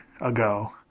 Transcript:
ago